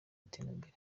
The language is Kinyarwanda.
iterambere